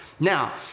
Now